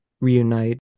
reunite